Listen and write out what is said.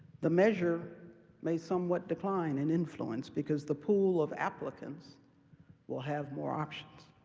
the measure may somewhat decline in influence, because the pool of applicants will have more options.